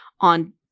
on